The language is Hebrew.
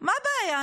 מה הבעיה?